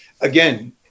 again